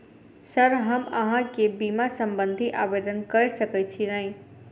Sir हम अहाँ केँ बीमा संबधी आवेदन कैर सकै छी नै?